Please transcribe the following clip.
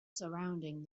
surrounding